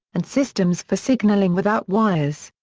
and systems for signaling without wires.